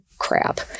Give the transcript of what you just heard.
crap